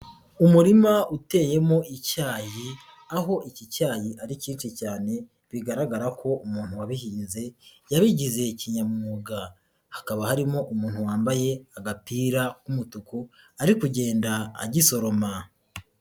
Umurima uteyemo icyayi, aho iki cyayi ari cyinshi cyane bigaragara ko umuntu wabihinze yabigize kinyamwuga, hakaba harimo umuntu wambaye agapira k'umutuku ari kugenda agisoroma.